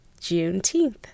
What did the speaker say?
Juneteenth